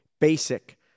basic